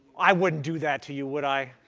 i wouldn't do that to you, would i?